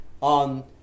on